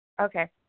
okay